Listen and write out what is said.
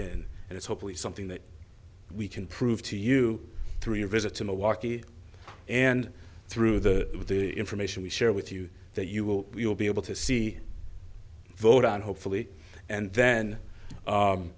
in and it's hopefully something that we can prove to you through your visit to milwaukee and through the information we share with you that you will be able to see vote on hopefully and then